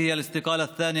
הוא רואה בך, אדוני היושב-ראש,